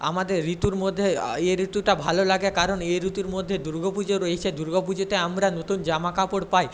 আমাদের ঋতুর মধ্যে এই ঋতুটা ভালো লাগে কারণ এই ঋতুর মধ্যে দুর্গা পুজো রয়েছে দুর্গা পুজোতে আমরা নতুন জামাকাপড় পাই